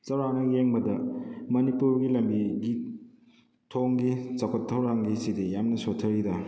ꯆꯥꯎꯔꯥꯛꯅ ꯌꯦꯡꯕꯗ ꯃꯅꯤꯄꯨꯔꯒꯤ ꯂꯝꯕꯤꯒꯤ ꯊꯣꯡꯒꯤ ꯆꯥꯎꯈꯠ ꯊꯧꯔꯥꯡꯒꯤꯁꯤꯗꯤ ꯌꯥꯝꯅ ꯁꯣꯊꯔꯤꯗ